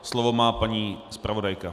Slovo má paní zpravodajka.